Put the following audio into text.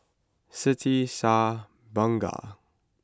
Siti Shah Bunga